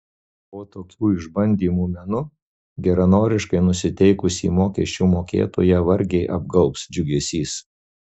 po tokių išbandymų menu geranoriškai nusiteikusį mokesčių mokėtoją vargiai apgaubs džiugesys